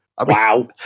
wow